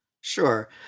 Sure